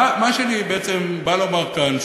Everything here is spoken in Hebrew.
מה שאני בעצם בא לומר כאן,